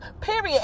Period